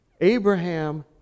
Abraham